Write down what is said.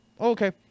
okay